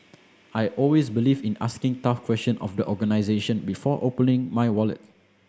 I always believe in asking tough question of the organisation before opening my wallet